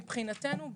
מבחינתנו,